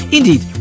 Indeed